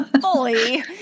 fully